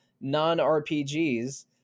non-RPGs